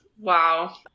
Wow